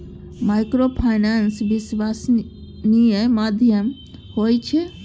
Microfinance विश्वासनीय माध्यम होय छै?